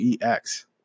EX